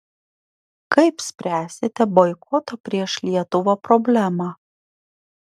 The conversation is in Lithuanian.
kaip spręsite boikoto prieš lietuvą problemą